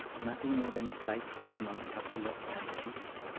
nothing more than a slight down on the upper lip and cheeks?